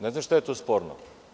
Ne znam šta je tu sporno.